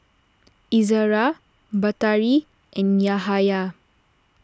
Izzara Batari and Yahaya